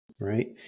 right